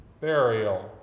burial